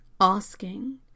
asking